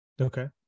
okay